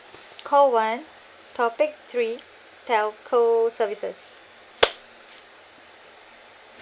call one topic three telco services